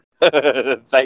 Thank